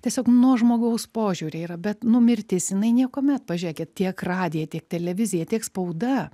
tiesiog nuo žmogaus požiūrio yra bet nu mirtis jinai niekuomet pažiūrėkit tiek radiją tiek televiziją tiek spauda